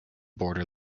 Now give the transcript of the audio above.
border